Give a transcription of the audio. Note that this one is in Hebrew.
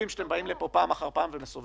התשלום של מע"מ על הרכישות שניתנו על סלי